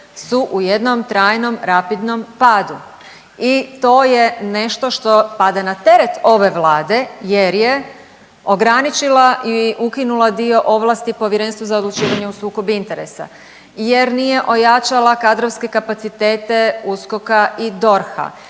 su u jednom trajnom rapidnom padu i to je nešto što pada na teret ove Vlade jer je ograničila i ukinula dio ovlasti Povjerenstvu za odlučivanje o sukobu interesa jer nije ojačala kadrovske kapacitete USKOK-a i DORH-a,